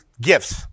gifts